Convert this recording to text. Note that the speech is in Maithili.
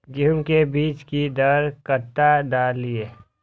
गेंहू के बीज कि दर कट्ठा डालिए?